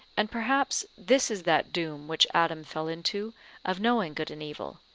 and perhaps this is that doom which adam fell into of knowing good and evil,